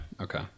Okay